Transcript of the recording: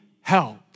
help